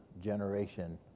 generation